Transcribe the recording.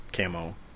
camo